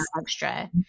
extra